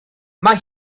mae